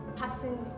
passing